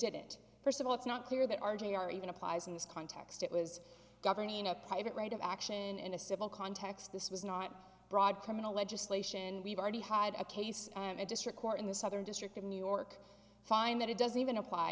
did it first of all it's not clear that our g r even applies in this context it was governing a private right of action in a civil context this was not broad criminal legislation we've already had a case a district court in the southern district of new york find that it doesn't even apply